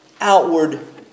outward